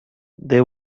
they